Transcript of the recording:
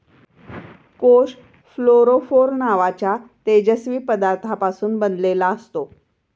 कोष फ्लोरोफोर नावाच्या तेजस्वी पदार्थापासून बनलेला असतो